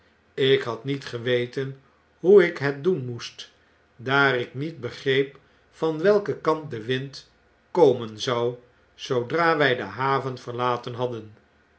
ik had met geweten hoe ik het doen moest daar ik niet begreep van welken kant de wind komen zou zoodra wg de haven verlaten hadden